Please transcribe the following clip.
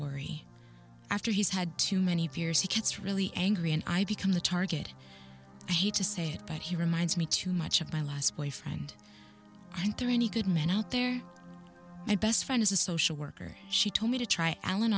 worry after he's had too many peers he gets really angry and i become the target i hate to say it but he reminds me too much of my last boyfriend and to many good men out there my best friend is a social worker she told me to try alan